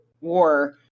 war